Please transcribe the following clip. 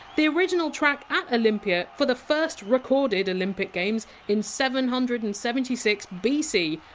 the original track at olympia, for the first recorded olympic games in seven hundred and seventy six bc,